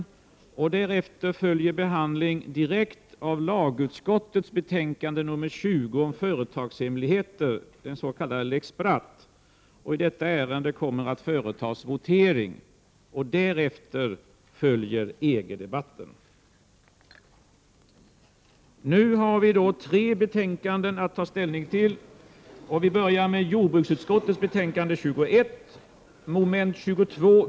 Direkt därefter följer behandling av lagutskottets betänkande nr 30 om Prot. 1988/89:127 företagshemligheter, den s.k. lex Bratt.